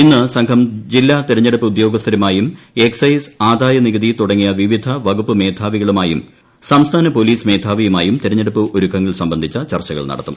ഇന്ന് സംഘം ജില്ലാ തിരഞ്ഞെടുപ്പ് ഉദ്യോഗസ്ഥരുമായും എക്സൈസ് ആദായനികുതി തുടങ്ങി വിവിധ വകുപ്പ് മേധാവികളുമായും സംസ്ഥാന പോലീസ് മേധാവിയുമായും തിരഞ്ഞെടുപ്പ് ഒരുക്കങ്ങൾ സംബന്ധിച്ച ചർച്ചകൾ നടത്തും